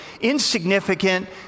insignificant